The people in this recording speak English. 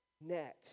next